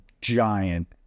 giant